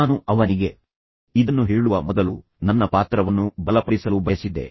ನಾನು ಅವನಿಗೆ ಇದನ್ನು ಹೇಳುವ ಮೊದಲು ನನ್ನ ಪಾತ್ರವನ್ನು ಬಲಪಡಿಸಲು ಬಯಸಿದ್ದೆ